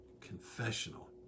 confessional